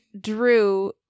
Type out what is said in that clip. Drew